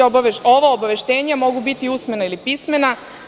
Ova obaveštenja mogu biti usmena ili pismena.